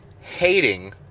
hating